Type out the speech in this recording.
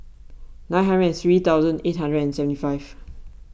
nine hundred and three thousand eight hundred and seventy five